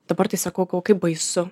dabar tai sakau o kaip baisu